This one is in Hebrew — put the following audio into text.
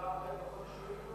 נקבע מועד כלשהו, כבוד השר?